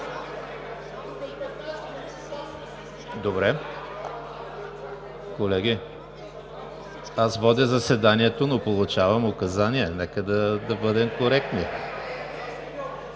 Колеги, аз водя заседанието, но получавам указания. Нека да бъдем коректни.